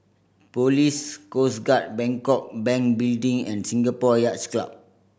Police Coast Guard Bangkok Bank Building and Singapore Yacht Club